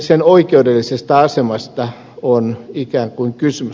sen oikeudellisesta asemasta on ikään kuin kysymys